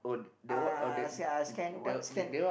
uh s~ uh scan what scan